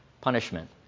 punishment